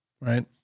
right